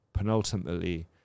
penultimately